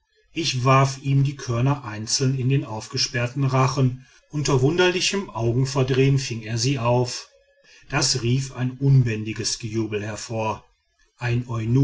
ich warf ihm die körner einzeln in den aufgesperrten rachen unter wunderlichem augenverdrehen fing er sie auf das rief ein unbändiges gejubel hervor ein